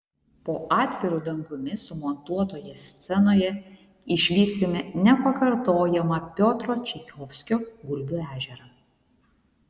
po atviru dangumi sumontuotoje scenoje išvysime nepakartojamą piotro čaikovskio gulbių ežerą